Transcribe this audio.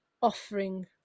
offering